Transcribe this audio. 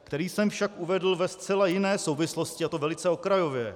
, který jsem však uvedl ve zcela jiné souvislosti, a to velice okrajově.